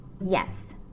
yes